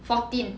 fourteen